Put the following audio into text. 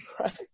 Right